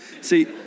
See